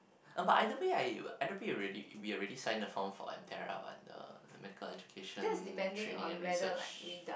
ah but either way I either pay already we already signed the form for M_T_E_R_A the the medical education training and research